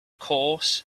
course